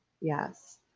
yes